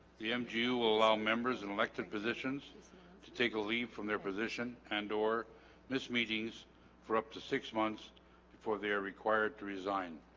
the mg will allow members and elected positions to take a leave from their position and or miss meetings for up to six months before they are required to resign